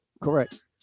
Correct